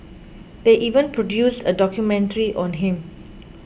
they even produced a documentary on him